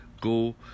go